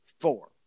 four